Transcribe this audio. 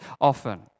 often